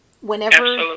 whenever